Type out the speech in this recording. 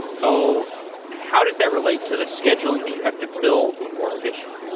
so how does that relate to the scheduling the you have to build for fission?